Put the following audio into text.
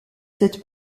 cette